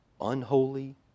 unholy